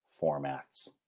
formats